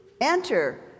Enter